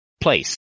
place